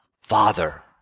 Father